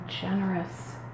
generous